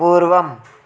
पूर्वम्